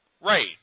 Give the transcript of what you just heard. Right